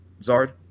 Zard